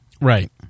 Right